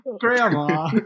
Grandma